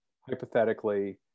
hypothetically